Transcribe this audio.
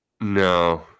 No